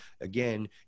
again